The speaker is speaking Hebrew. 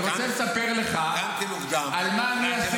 אני רוצה לספר לך על -- קמתי מוקדם על --- בלילה.